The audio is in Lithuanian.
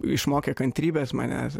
išmokė kantrybės mane